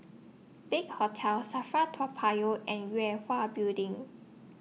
Big Hotel SAFRA Toa Payoh and Yue Hwa Building